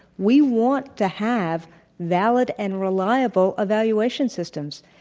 we want to have valid and reliable evaluation systems.